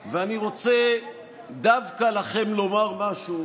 ואני רוצה דווקא לכם לומר משהו